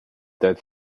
that